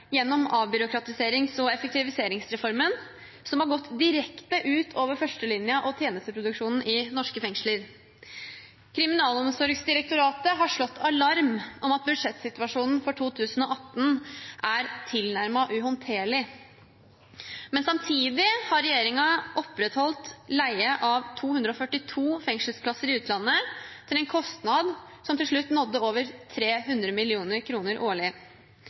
gjennom avbyråkratiserings- og effektiviseringsreformen, som har gått direkte ut over førstelinja og tjenesteproduksjonen i norske fengsler. Kriminalomsorgsdirektoratet har slått alarm om at budsjettsituasjonen for 2018 er tilnærmet uhåndterlig. Samtidig har regjeringen opprettholdt leie av 242 fengselsplasser i utlandet til en kostnad som til slutt nådde over 300 mill. kr årlig.